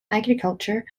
agriculture